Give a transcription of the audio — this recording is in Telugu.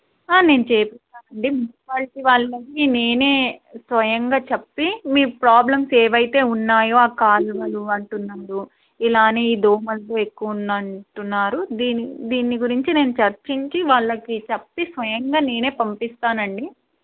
నేను చేయిస్తాను అండి మున్సిపాలిటీ వాళ్ళని నేను స్వయంగా చెప్పి మీ ప్రాబ్లమ్స్ ఏవైతే ఉన్నాయో ఆ కాలువలు అంటున్నారు ఇలాగే ఈ దోమలు ఎక్కువ ఉంది అంటున్నారు దీని దీన్ని గురించి నేను చర్చించి వాళ్ళకి చెప్పి స్వయంగా నేను పంపిస్తాను అండి